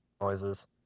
noises